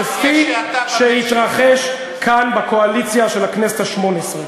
כפי שהתרחש כאן בקואליציה של הכנסת השמונה-עשרה.